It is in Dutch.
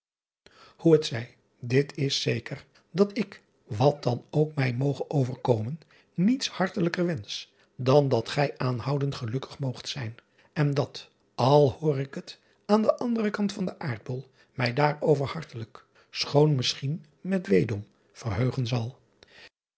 oe het zij dit is zeker dat ik wat dan ook mij moge overkomen niets hartelijker wensch dan dat gij aanhoudend gelukkig moogt zijn en dat al hoor ik het aan den anderen kant van den aardbol mij daarover hartelijk schoon misschien met weedom verheugen zal